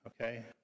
okay